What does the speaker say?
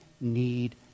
need